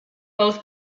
both